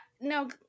no